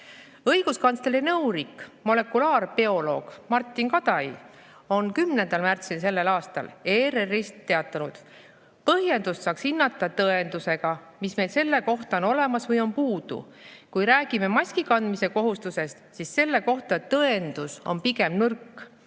nõunik, molekulaarbioloog Martin Kadai on 10. märtsil sellel aastal ERR-is teatanud: "Põhjendust saaks hinnata tõendusega, mis meil selle kohta on olemas või on puudu. Kui räägime maskikandmise kohustusest, siis selle kohta tõendus on pigem nõrk.